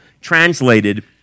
translated